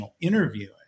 interviewing